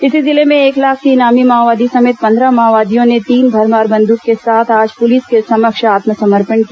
इसी जिले में एक लाख के इनामी माओवादी समेत पन्द्रह माओवादियों ने तीन भरमार बंद्रक के साथ आज पुलिस के समक्ष आत्मसमर्पण किया